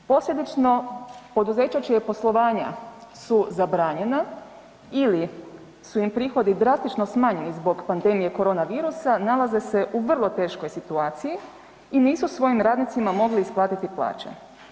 Posljedično poduzeća čija poslovanja su zabranjena ili su im prihodi drastično smanjeni zbog pandemije korona virusa nalaze se u vrlo teškoj situaciji i nisu svojim radnicima mogli isplatiti plaće.